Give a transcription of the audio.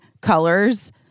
colors